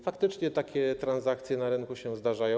Faktycznie takie transakcje na rynku się zdarzają.